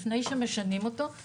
לפני שמשנים אותו,